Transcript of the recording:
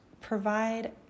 provide